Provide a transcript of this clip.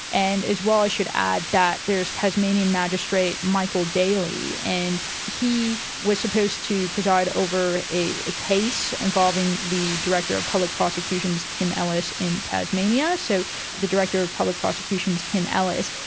and as well i should add that there is tasmanian magistrate michael daly, and he was supposed to preside over a ah case involving the director of public prosecutions tim ellis in tasmania. so the director of public prosecutions tim ellis,